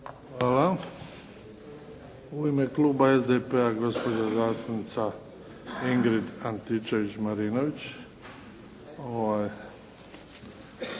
Hvala. U ime Kluba SDP-a gospođa zastupnica Ingrid Antičević-Marinović.